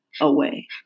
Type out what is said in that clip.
away